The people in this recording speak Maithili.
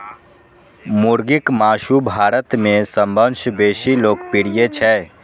मुर्गीक मासु भारत मे सबसं बेसी लोकप्रिय छै